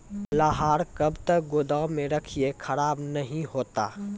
लहार कब तक गुदाम मे रखिए खराब नहीं होता?